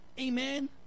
Amen